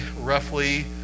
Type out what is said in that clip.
roughly